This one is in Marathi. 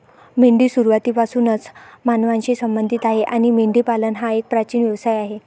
मेंढी सुरुवातीपासूनच मानवांशी संबंधित आहे आणि मेंढीपालन हा एक प्राचीन व्यवसाय आहे